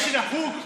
כפי שנהוג,